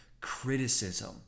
criticism